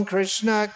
Krishna